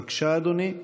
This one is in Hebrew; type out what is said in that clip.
בבקשה, אדוני.